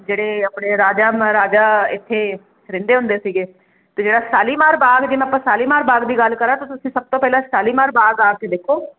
ਜਿਹੜੀ ਆਪਣੇ ਰਾਜਾ ਮਹਾਰਾਜਾ ਇੱਥੇ ਰਹਿੰਦੇ ਹੁੰਦੇ ਸੀਗੇ ਤੇ ਜਿਹੜਾ ਸ਼ਾਲੀਮਾਰ ਬਾਗ ਜਿਵੇਂ ਆਪਾਂ ਸ਼ਾਲੀਮਾਰ ਬਾਗ ਦੀ ਗੱਲ ਕਰਾਂ ਤਾਂ ਤੁਸੀਂ ਸਭ ਤੋਂ ਪਹਿਲਾਂ ਸ਼ਾਲੀਮਾਰ ਬਾਗ ਆ ਕੇ ਦੇਖੋ